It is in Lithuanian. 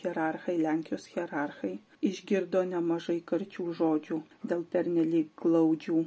hierarchai lenkijos hierarchai išgirdo nemažai karčių žodžių dėl pernelyg glaudžių